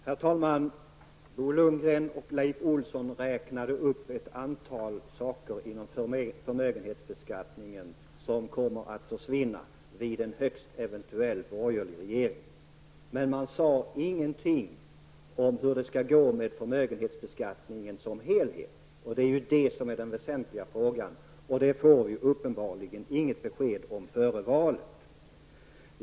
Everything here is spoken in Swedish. Herr talman! Bo Lundgren och Leif Olsson räknade upp ett antal saker inom förmögenhetsbeskattningen som kommer att försvinna vid en högst eventuell borgerlig regering. Men de sade ingenting om hur det skall gå med förmögenhetsbeskattningen som helhet. Det är den väsentliga frågan, men den får vi uppenbarligen inget besked om före valet.